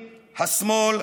השמאל,